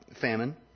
famine